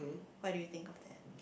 what do you think of that